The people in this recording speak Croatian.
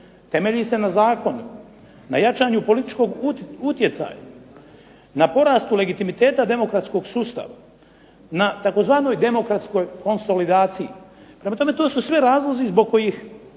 temelji se na Zakonu, na jačanju političkog utjecaja, na porastu legitimiteta demokratskog sustava, na tzv. demokratskoj konsolidaciji. Prema tome to su sve razlozi zbog kojih